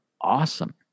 Awesome